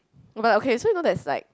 [oh]-my-god okay so you know there's like